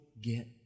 get